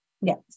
Yes